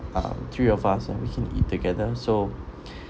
ah three of us and we can eat together so